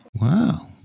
Wow